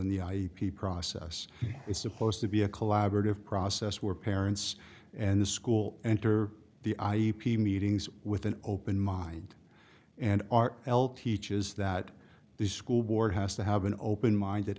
in the i p process is supposed to be a collaborative process where parents and the school enter the i e p meetings with an open mind and r l teaches that the school board has to have an open mind that